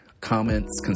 comments